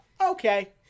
Okay